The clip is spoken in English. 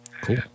Cool